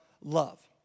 love